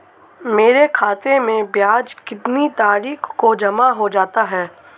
मेरे खाते में ब्याज कितनी तारीख को जमा हो जाता है?